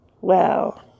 Wow